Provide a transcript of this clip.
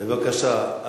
בבקשה.